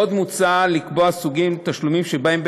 עוד מוצע לקבוע סוגי תשלומים שבהם,